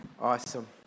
Awesome